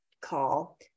call